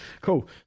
cool